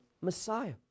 Messiah